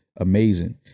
Amazing